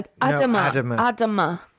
Adama